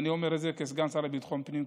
ואני אומר את זה כסגן שר לביטחון הפנים,